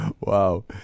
Wow